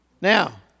Now